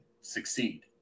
succeed